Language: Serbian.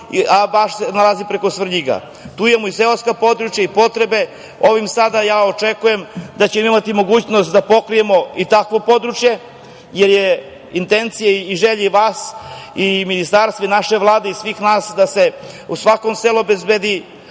a baš se nalazi preko Svrljiga. Tu imamo i seoska područja i potrebe. Ovim sada očekujem da ćemo imati mogućnost da pokrijemo i takvo područje, jer je intencija i želja vas i Ministarstva i naše Vlade i svih nas da se u svakom selu obezbedi